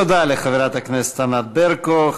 תודה לחברת הכנסת ענת ברקו.